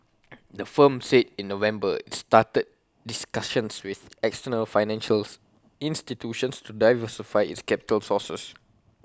the firm said in November it's started discussions with external financials institutions to diversify its capital sources